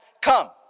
come